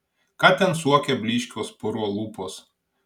ką ten suokia blyškios puro lūpos